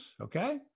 okay